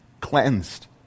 cleansed